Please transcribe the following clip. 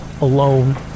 alone